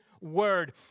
word